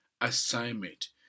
assignment